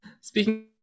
speaking